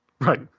Right